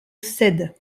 cède